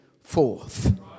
forth